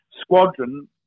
squadron